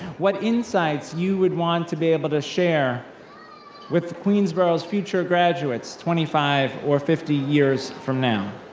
what insights you would want to be able to share with queensborough's future graduates twenty five or fifty years from now.